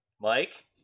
Mike